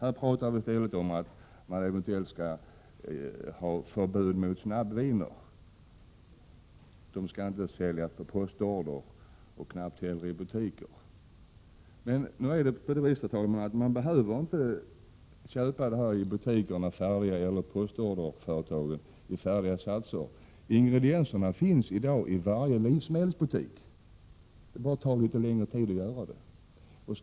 Här pratar vi i stället om eventuellt förbud mot snabbvinssatser, som inte skulle få säljas på postorder och knappt ens i butik. Nu är det emellertid så, herr talman, att man inte behöver köpa färdiga satser. Ingredienserna finns nämligen i varje livsmedelsbutik. Det tar bara litet längre tid att göra vin på det sättet.